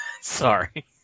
Sorry